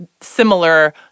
similar